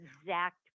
exact